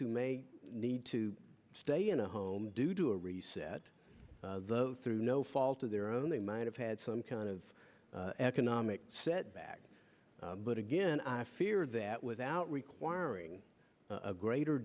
who may need to stay in a home due to a reset the through no fault of their own they might have had some kind of economic setback but again i fear that without requiring a greater